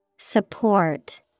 Support